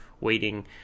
waiting